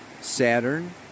Saturn